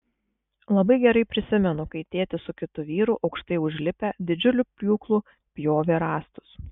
labai gerai prisimenu kai tėtis su kitu vyru aukštai užlipę didžiuliu pjūklu pjovė rąstus